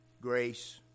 grace